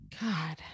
God